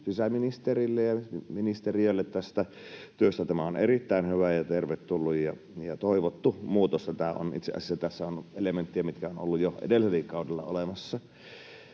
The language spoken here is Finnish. sisäministerille ja ministeriölle tästä työstä. Tämä on erittäin hyvä ja tervetullut ja toivottu muutos. Tässähän on elementtejä, jotka ovat olleet jo edelliselläkin kaudella olemassa.